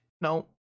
No